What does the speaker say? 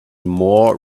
more